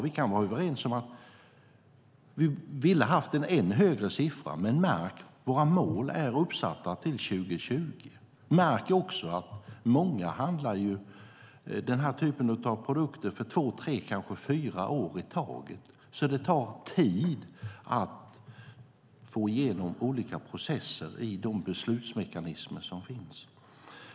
Vi hade velat ha en ännu högre siffra, men märk att våra mål är uppsatta till 2020. Märk också att många handlar den här typen av produkter för två tre kanske fyra år i taget, så det tar tid att få igenom olika processer i beslutsmekanismerna.